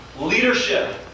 leadership